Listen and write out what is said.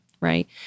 Right